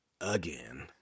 again